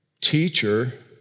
teacher